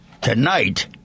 Tonight